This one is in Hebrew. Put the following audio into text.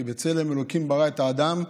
"כי בצלם אלקים ברא את האדם",